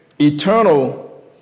Eternal